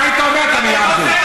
לא היית אומר את המילה הזאת.